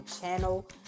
channel